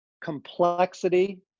complexity